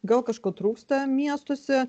gal kažko trūksta miestuose